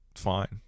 fine